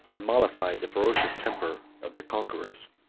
and mollified the ferocious temper of the conquerors.